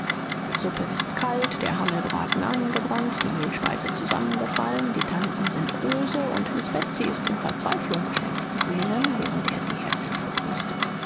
die suppe ist kalt der hammelbraten angebrannt die mehlspeise zusammengefallen die tanten sind böse und miß betsy ist in verzweiflung scherzte zenon während er sie herzlich begrüßte